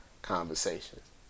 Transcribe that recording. conversations